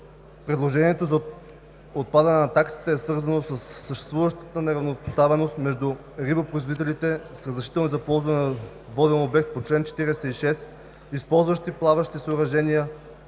предложението за отпадане на таксите е свързано със съществуващата неравнопоставеност между рибопроизводителите с разрешителни за ползване на воден обект по чл. 46, използващи плаващи съоръжения